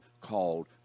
called